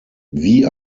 wie